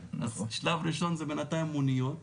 שלב ראשון זה בינתיים מוניות,